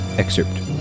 excerpt